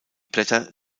blätter